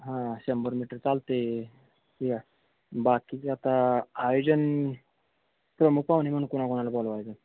हां शंभर मीटर चालत आहे ठीक आहे बाकीचे आता आयोजन प्रमुख पाहुणे म्हणून कोणाकोनाला बोलवायचं